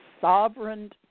sovereign